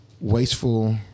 wasteful